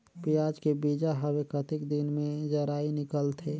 पियाज के बीजा हवे कतेक दिन मे जराई निकलथे?